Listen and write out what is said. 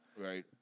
Right